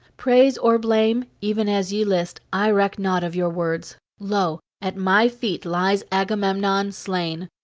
praise or blame, even as ye list i reck not of your words. lo! at my feet lies agamemnon slain,